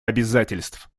обязательств